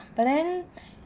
but then